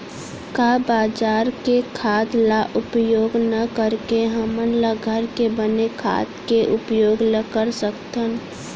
का बजार के खाद ला उपयोग न करके हमन ल घर के बने खाद के उपयोग ल कर सकथन?